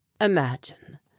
Imagine